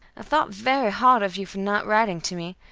thought very hard of you for not writing to me,